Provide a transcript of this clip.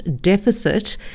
deficit